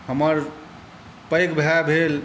हमर पैघ भाइ भेल